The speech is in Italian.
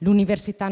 Le facoltà